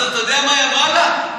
אז אתה יודע מה היא אמרה לה?